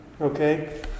Okay